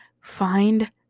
find